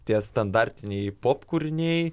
tie standartiniai pop kūriniai